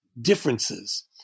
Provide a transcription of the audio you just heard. differences